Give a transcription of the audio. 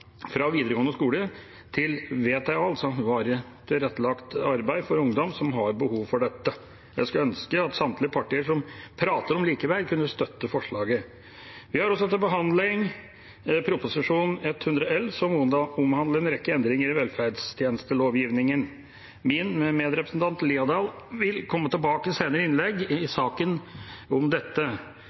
fra videregående skole til VTA for ungdom som har behov for dette.» Jeg skulle ønske at samtlige partier som prater om likeverd, kunne støtte forslaget. Vi har også til behandling Prop. 100 L, som omhandler en rekke endringer i velferdstjenestelovgivningen. Min medrepresentant Haukeland Liadal vil komme tilbake til dette i et senere innlegg i den saken.